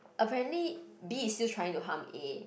apparently B is still trying to harm A